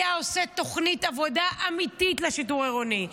הוא היה עושה תוכנית עבודה אמיתית לשיטור העירוני.